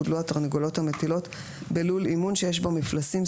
גודלו התרנגולות המטילות בלול אימון שיש בו מפלסים,